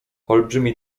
olbrzymi